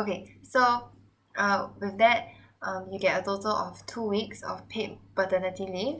okay so err with that um you get a total of two weeks of paid paternity leave